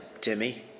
timmy